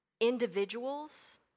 Individuals